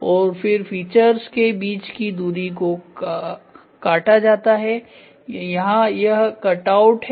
और फिर फीचर्स के बीच की दूरी को काटा जाता है यहां यह कटआउट है